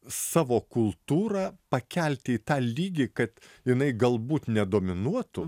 savo kultūrą pakelti į tą lygį kad jinai galbūt nedominuotų